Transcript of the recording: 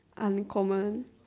uncommon